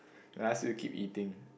I ask you to keep eating